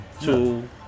two